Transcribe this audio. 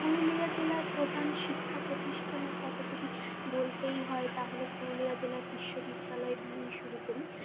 পুরুলিয়া জেলার প্রধান শিক্ষা প্রতিষ্ঠানের কথা যদি বলতেই হয় তাহলে পুরুলিয়া জেলার বিশ্ববিদ্যালয় দিয়েই শুরু করি